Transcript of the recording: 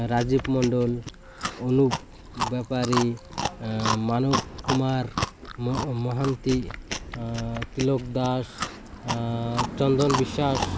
Rajiv Mandal Anup Bepari Manab Kumar Mohanty Tilak Das Chandan Biswas